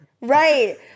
right